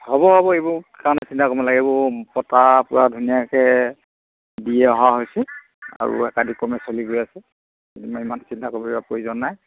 হ'ব হ'ব এইবোৰ কাৰণে চিন্তা কৰিব নালাগে এইবোৰ পতাৰ পৰা ধুনীয়াকৈ দি অহা হৈছে আৰু একাধিক ক্ৰমে চলি গৈ আছে ইমান চিন্তা কৰিব প্ৰয়োজন নাই